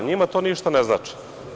Njima to ništa ne znači.